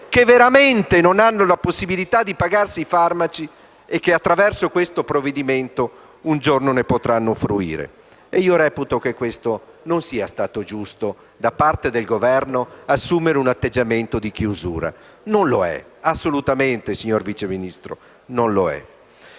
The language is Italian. che veramente non hanno la possibilità di pagarsi i farmaci e che, attraverso questo provvedimento, un giorno ne potranno fruire? Reputo che non sia stato giusto, da parte del Governo, assumere un atteggiamento di chiusura. Non lo è stato, assolutamente, signor Vice Ministro. Non mi